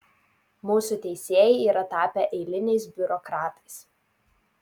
mūsų teisėjai yra tapę eiliniais biurokratais